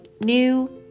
new